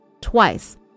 twice